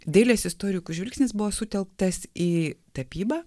dailės istorikų žvilgsnis buvo sutelktas į tapybą